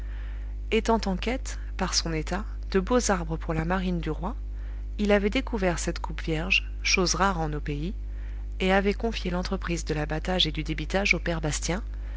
étant en quête par son état de beaux arbres pour la marine du roi il avait découvert cette coupe vierge chose rare en nos pays et avait confié l'entreprise de l'abatage et du débitage au père bastien